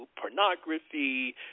pornography